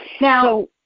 Now